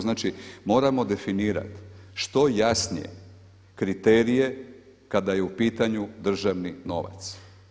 Znači moramo definirati što jasnije kriterije kada je u pitanju državni novac.